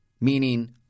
meaning